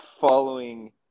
following